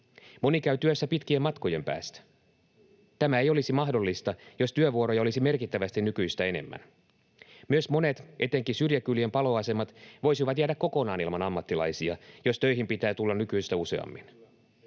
Moni käy työssä pitkien matkojen päästä. Tämä ei olisi mahdollista, jos työvuoroja olisi merkittävästi nykyistä enemmän. Myös monet, etenkin syrjäkylien paloasemat voisivat jäädä kokonaan ilman ammattilaisia, jos töihin pitää tulla nykyistä useammin.